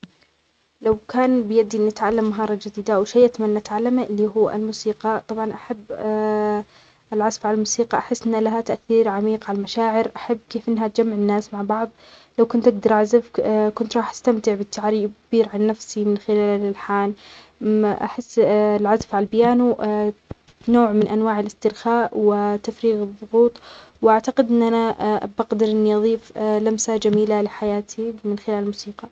لو كان بيدي نتعلم مهارة جديدة وشيء تمنى نتعلمه إللي هو الموسيقى طبعا أحب العزف على الموسيقى أحس أنها تأثير عميق على المشاعر أحب كيف أنها تجمع الناس مع بعظ لو كنت أقدر أعزف كنت راح أستمتع بالتعبير عن نفسي من خلال الحال أحس العزف على البيانو نوع من أنواع الإسترخاء وتفريغ بالظغوط وأعتقد أن أنا بقدر أني أظيف لمسة جميلة لحياتي من خلال الموسيقى.